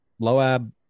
loab